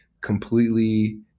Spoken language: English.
completely